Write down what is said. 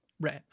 right